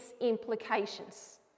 implications